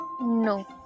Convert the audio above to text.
no